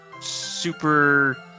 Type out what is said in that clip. super